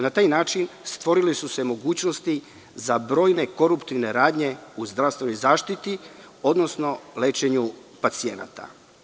Na taj način stvorile su se mogućnosti za brojne koruptivne radnje u zdravstvenoj zaštiti, odnosno lečenju pacijenata.